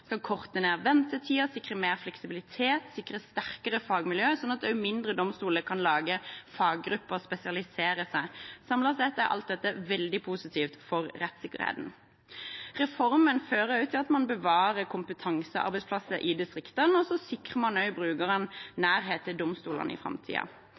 ned ventetiden og sikrer større fleksibilitet og sterkere fagmiljøer, slik at også mindre domstoler kan lage faggrupper og spesialisere seg. Samlet sett er alt dette veldig positivt for rettssikkerheten. Reformen fører også til at man bevarer kompetansearbeidsplasser i distriktene, og man sikrer